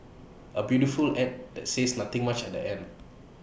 A beautiful Ad that says nothing much at the end